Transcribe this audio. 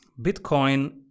Bitcoin